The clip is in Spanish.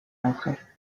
auge